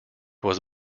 was